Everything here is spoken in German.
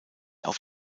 auf